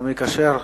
מי מדבר.